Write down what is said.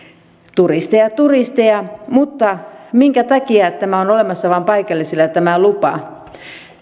turisteja turisteja mutta minkä takia on olemassa vain paikallisille tämä lupa